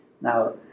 Now